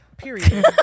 Period